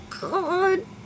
God